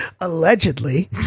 Allegedly